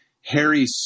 Harry